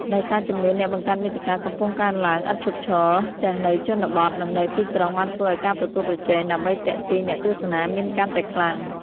ដោយសារចំនួនអ្នកបង្កើតមាតិកាកំពុងកើនឡើងឥតឈប់ឈរទាំងនៅជនបទ និងនៅទីក្រុង បានធ្វើឲ្យការប្រកួតប្រជែងដើម្បីទាក់ទាញអ្នកទស្សនាមានកាន់តែខ្លាំង។